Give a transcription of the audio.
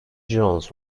jones